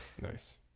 Nice